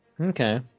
Okay